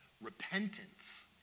Repentance